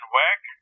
work